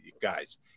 guys